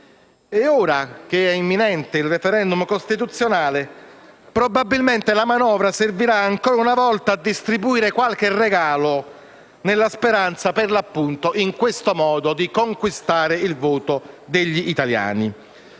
e ora, che è imminente il *referendum* costituzionale, probabilmente la manovra servirà ancora una volta a distribuire qualche regalo, nella speranza di conquistare così il voto degli italiani.